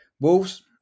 Wolves